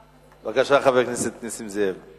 בבקשה, חבר הכנסת נסים זאב.